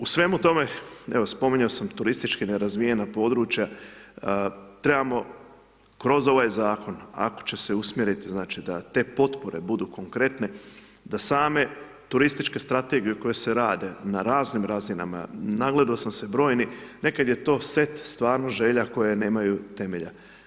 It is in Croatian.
U svemu tome, evo, spominjao sam turistički nerazvijena područja, trebamo kroz ovaj Zakon, ako će se usmjeriti, znači, da te potpore budu konkretne da same turističke strategije koje se rade na raznim razinama, nagledao sam se brojni, nekada je to set stvarno želja koje nemaju temelja.